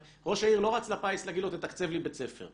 ראש העיר לא רץ לפיס להגיד לו, תתקצב לי בית ספר.